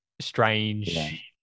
strange